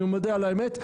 אני מודה על האמת,